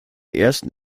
ersten